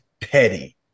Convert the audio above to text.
petty